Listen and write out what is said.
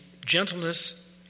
gentleness